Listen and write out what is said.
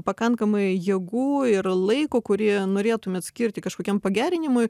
pakankamai jėgų ir laiko kurį norėtumėt skirti kažkokiam pagerinimui